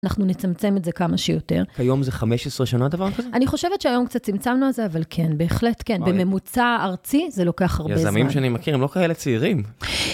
אנחנו נצמצם את זה כמה שיותר. כיום זה 15 שנה דבר כזה? אני חושבת שהיום קצת צמצמנו על זה, אבל כן, בהחלט כן. בממוצע ארצי זה לוקח הרבה זמן. יזמים שאני מכיר, הם לא כאלה צעירים.